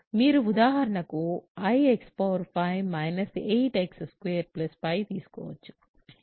మీరు ఉదాహరణకు i x 5 8x 2 తీసుకోవచ్చు